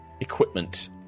equipment